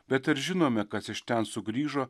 bet ar žinome kas iš ten sugrįžo